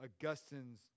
Augustine's